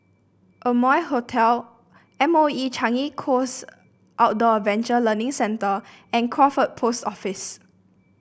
Amoy Hotel M O E Changi Coast Outdoor Adventure Learning Centre and Crawford Post Office